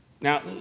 now